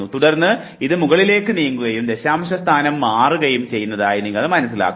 തുടർന്ന് ഇത് മുകളിലേക്ക് നീങ്ങുകയും ദശാംശ സ്ഥാനം മാറുകയും ചെയ്തതായി നിങ്ങൾ മനസ്സിലാക്കുന്നു